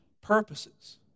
purposes